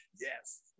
yes